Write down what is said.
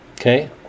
Okay